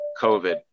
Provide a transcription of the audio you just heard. COVID